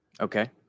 Okay